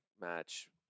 match